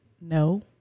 No